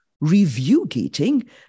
Review-gating